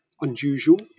unusual